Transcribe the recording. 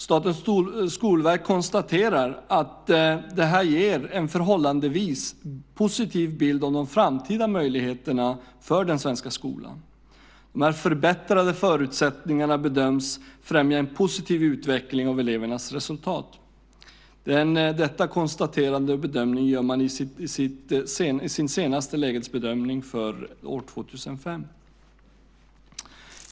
Statens skolverk konstaterar att det här ger en förhållandevis positiv bild av de framtida möjligheterna för den svenska skolan. De förbättrade förutsättningarna bedöms främja en positiv utveckling av elevernas resultat. Denna konstaterande bedömning gör man i sin senaste lägesbedömning för år 2005.